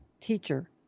teacher